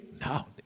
No